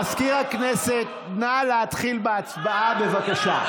מזכיר הכנסת, נא להתחיל בהצבעה, בבקשה.